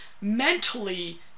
mentally